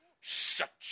Shut